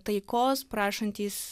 taikos prašantys